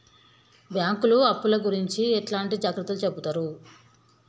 బ్యాంకులు అప్పుల గురించి ఎట్లాంటి జాగ్రత్తలు చెబుతరు?